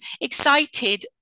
excited